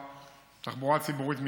גבוהה, תחבורה ציבורית מתקדמת.